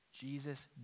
Jesus